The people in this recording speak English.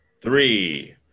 Three